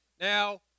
Now